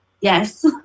Yes